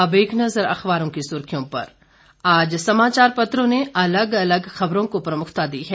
अब एक नजर अखबारों की सुर्खियों पर आज समाचार पत्रों ने अलग अलग खबरों को प्रमुखता दी है